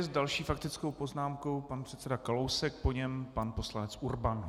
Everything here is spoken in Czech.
S další faktickou poznámkou pan předseda Kalousek, po něm pan poslanec Urban.